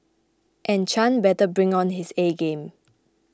and Chan better bring on his A game